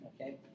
okay